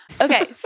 Okay